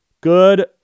good